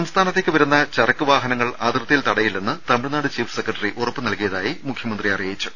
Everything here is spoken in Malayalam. സംസ്ഥാനത്തേക്ക് വരുന്നു ചരക്ക് വാഹനങ്ങൾ അതിർത്തിയിൽ തടയില്ലെന്ന് തമിഴ്നാട് ചീഫ് സെക്രട്ടറി ഉറപ്പ് നൽകിയതായും മുഖ്യമന്ത്രി അറിയിച്ചു